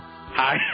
Hi